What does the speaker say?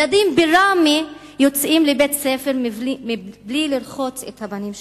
ילדים בראמה יוצאים לבית-הספר בלי לרחוץ את הפנים שלהם.